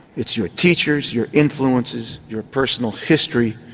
it's your teachers, your influences, your personal history,